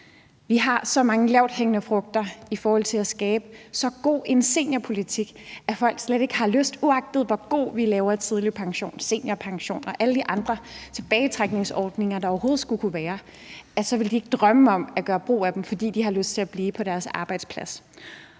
Vi har så mange lavthængende frugter i forhold til at skabe så god en seniorpolitik, at folk, uagtet hvor god vi laver en tidlig pension, seniorpension og alle de andre tilbagetrækningsordninger, der overhovedet skulle kunne være, ikke kunne drømme om at gøre brug af dem, fordi de har lyst til at blive på deres arbejdsplads.